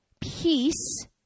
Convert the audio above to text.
peace